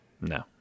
No